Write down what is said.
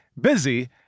Busy